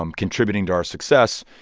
um contributing to our success.